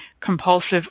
compulsive